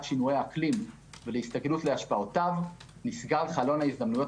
שינויי האקלים ולהסתגלות להשפעותיו נסגר חלון ההזדמנויות